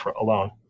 alone